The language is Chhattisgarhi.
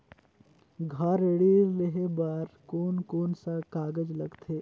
घर ऋण लेहे बार कोन कोन सा कागज लगथे?